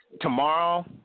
tomorrow